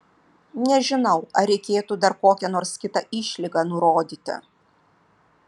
nežinau ar reikėtų dar kokią nors kitą išlygą nurodyti